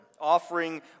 offering